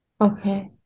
Okay